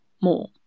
more